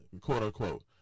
quote-unquote